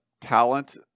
talent